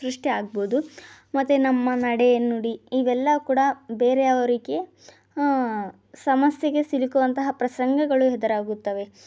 ಸೃಷಿಯಾಗ್ಬೋದು ಮತ್ತೆ ನಮ್ಮ ನಡೆ ನುಡಿ ಇವೆಲ್ಲ ಕೂಡ ಬೇರೆಯವರಿಗೆ ಸಮಸ್ಯೆಗೆ ಸಿಲುಕುವಂತಹ ಪ್ರಸಂಗಗಳು ಎದರಾಗುತ್ತವೆ